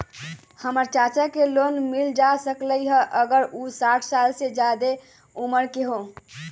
हमर चाचा के लोन मिल जा सकलई ह अगर उ साठ साल से जादे उमर के हों?